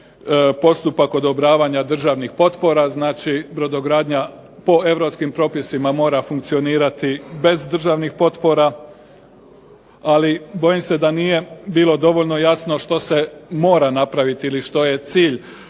postupak odobravanja državnih potpora, znači brodogradnja po europskim propisima mora funkcionirati bez državnih potpora, ali bojim se da nije bilo dovoljno jasno što se mora napraviti ili što je cilj